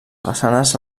façanes